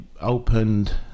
opened